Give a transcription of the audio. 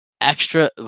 Extra